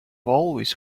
always